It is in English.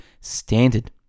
standard